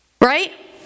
right